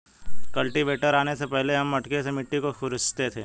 cultivator आने से पहले हम मटके से मिट्टी को खुरंचते थे